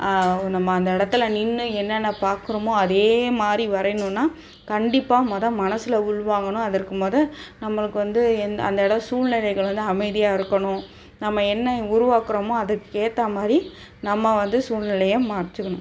உ நம்ம அந்த இடத்துல நின்று என்னென்ன பார்க்குறமோ அதேமாதிரி வரையணுன்னால் கண்டிப்பாக மொதல் மனசில் உள்வாங்கணும் அதற்கு மொதல் நம்மளுக்கு வந்து எந்த அந்தளவு சூழ்நிலைகள் வந்து அமைதியாக இருக்கணும் நம்ம என்ன உருவாக்கிறமோ அதுக்கேற்ற மாதிரி நம்ம வந்து சூழ்நெலைய மாற்றிக்கணும்